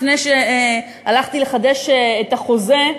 לפני שהלכתי לחדש את החוזה,